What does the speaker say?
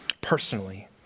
personally